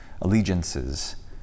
allegiances